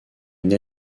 une